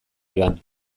joan